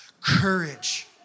courage